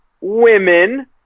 women